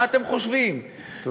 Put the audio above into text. מה אתם חושבים, תודה.